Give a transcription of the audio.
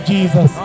Jesus